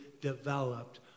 developed